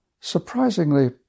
surprisingly